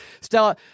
Stella